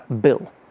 bill